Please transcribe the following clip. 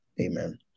Amen